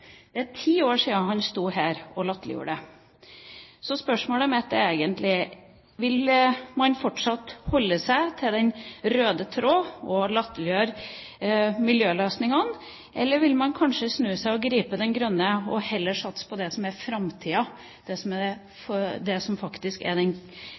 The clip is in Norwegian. Det er ti år siden han sto her og latterliggjorde det. Så spørsmålet mitt er egentlig: Vil man fortsatt holde seg til den røde tråd og latterliggjøre miljøløsningene, eller vil man kanskje snu seg og gripe den grønne og heller satse på det som er framtida, det som faktisk er de klimanøytrale løsningene, det som faktisk ikke er